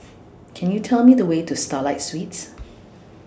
Can YOU Tell Me The Way to Starlight Suites